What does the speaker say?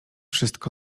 wszystko